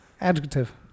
Adjective